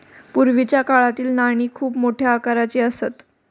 पूर्वीच्या काळातील नाणी खूप मोठ्या आकाराची असत